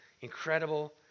Incredible